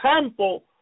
temple